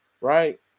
right